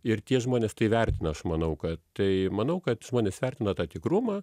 ir tie žmonės tai vertina aš manau kad tai manau kad žmonės vertina tą tikrumą